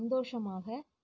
சந்தோஷமாக